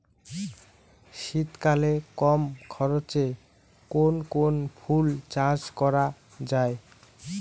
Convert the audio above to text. শীতকালে কম খরচে কোন কোন ফুল চাষ করা য়ায়?